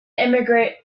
immigrant